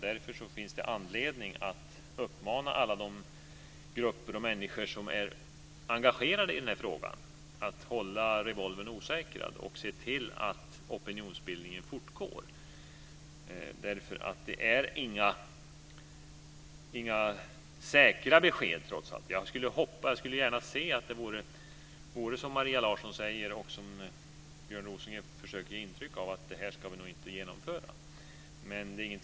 Därför finns det anledning att uppmana alla de grupper och människor som är engagerade i frågan att hålla revolvern osäkrad och se till att opinionsbildningen fortgår. Det är inga säkra besked, trots allt. Jag skulle gärna se att det vore som Maria Larsson säger och som Björn Rosengren försöker ge intryck av, att man inte ska genomföra förslagen i utredningen.